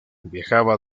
viajaba